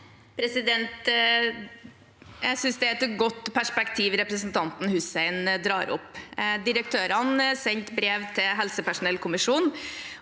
Jeg synes det er et godt perspektiv representanten Hussein drar opp. Direktørene sendte brev til helsepersonellkommisjonen,